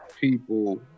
people